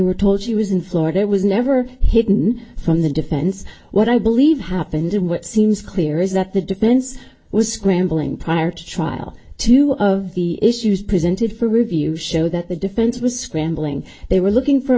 were told she was in florida i was never hidden from the defense what i believe happened in what seems clear is that the defense was scrambling prior to trial two of the issues presented for review show that the defense was scrambling they were looking for a